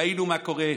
ראינו מה קורה בהפגנות,